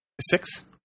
Six